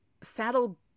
saddle